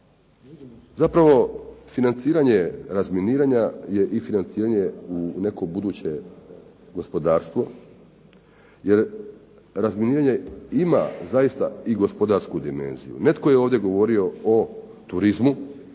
Zapravo financiranje razminiranje je i financiranje u neko buduće gospodarstvo jer razminiranje ima zaista i gospodarsku dimenziju. Netko je ovdje govorio o turizmu